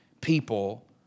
people